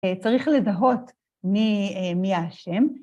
צריך לזהות מי האשם.